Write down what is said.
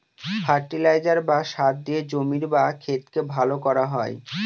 fertiliser বা সার দিয়ে জমির বা ক্ষেতকে ভালো করা হয়